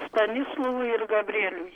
stanislovui ir gabrieliui